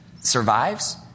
survives